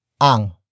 ang